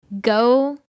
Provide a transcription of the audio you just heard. go